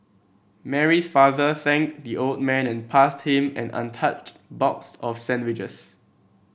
Mary's father thanked the old man and passed him an untouched box of sandwiches